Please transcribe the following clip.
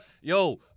Yo